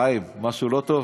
חיים, משהו לא טוב?